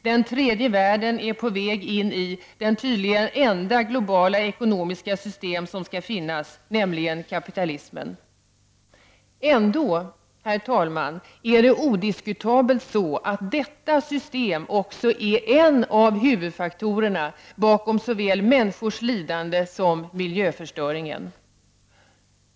Den tredje världen är på väg in i det tydligen enda globala ekonomiska system som skall finnas, nämligen kapitalismen. Ändå, herr talman, är det odiskutabelt så, att detta system också är en av huvudfaktorerna bakom såväl människors lidande som miljöförstöringen.